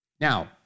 Now